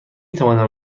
توانم